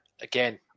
again